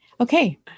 Okay